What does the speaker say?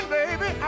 baby